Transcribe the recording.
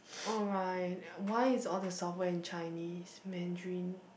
alright why is all the software in Chinese Mandarin